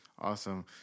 Awesome